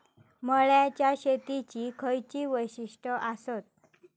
मळ्याच्या शेतीची खयची वैशिष्ठ आसत?